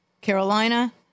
Carolina